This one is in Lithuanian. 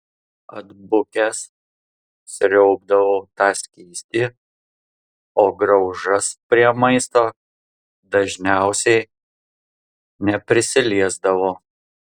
atbukęs sriaubdavau tą skystį o graužas prie maisto dažniausiai neprisiliesdavo